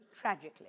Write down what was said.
Tragically